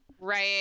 Right